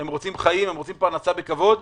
הם רוצים חיים, הם רוצים פרנסה בכבוד,